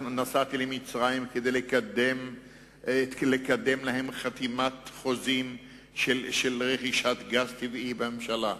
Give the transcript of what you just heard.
נסעתי למצרים כדי לקדם להם חתימת חוזים של רכישת גז טבעי בממשלה.